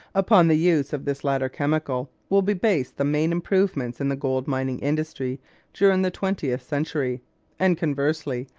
upon the use of this latter chemical will be based the main improvements in the gold-mining industry during the twentieth century and, conversely,